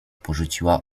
porzuciła